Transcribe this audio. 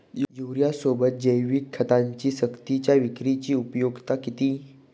युरियासोबत जैविक खतांची सक्तीच्या विक्रीची उपयुक्तता किती?